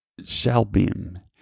Shalbim